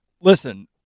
Listen